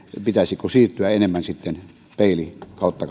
pitäisikö siirtyä enemmän sitten katsomaan peilin kautta